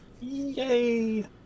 Yay